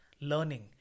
learning